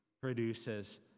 produces